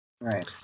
right